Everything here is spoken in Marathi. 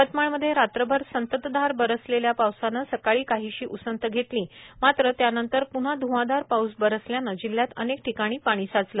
यवतमाळ मध्ये रात्रभर संततधार बरसलेल्या पावसाने सकाळी काहीशी उसंत घेतली मात्र त्यानंतर पुन्हा ध्वांधार पाऊस बरसल्याने जिल्ह्यात अनेक ठिकाणी पाणी साचले